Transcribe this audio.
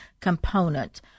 component